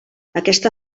aquesta